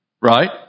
Right